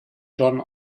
john